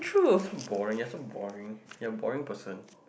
so boring you're so boring you are boring person